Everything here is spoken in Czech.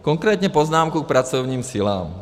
Konkrétně poznámku k pracovním silám.